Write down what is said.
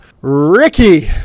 Ricky